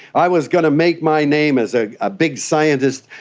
i was going to make my name as a ah big scientist,